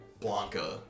Blanca